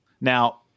Now